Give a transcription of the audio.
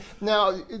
Now